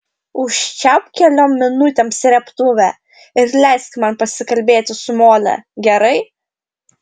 užčiaupk keliom minutėm srėbtuvę ir leisk man pasikalbėti su mole gerai